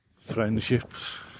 friendships